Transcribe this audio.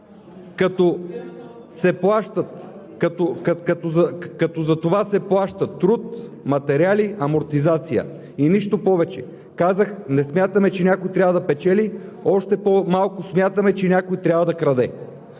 като за това се плаща труд, материали и амортизация и нищо повече. Казах: не смятаме, че някой трябва да печели, още по-малко смятаме, че някой трябва да краде.